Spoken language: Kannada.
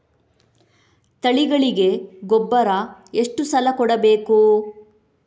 ತಳಿಗಳಿಗೆ ಗೊಬ್ಬರ ಎಷ್ಟು ಸಲ ಕೊಡಬೇಕು?